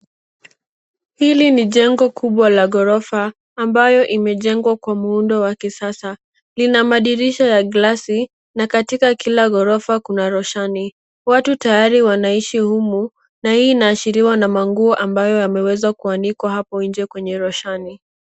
Hili ni jengo kubwa la ghorofa ambayo imejengwa kwa muundo wa kisasa. Lina madirisha ya glasi, na katika kila ghorofa lina roshani. Watu tayari wanaishi humu, na hii ishaashiriwa na manguo ambayo yameweza kuanikwa hapo nje kwenye roshani.